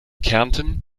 kärnten